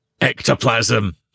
ectoplasm